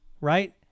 right